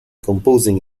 composing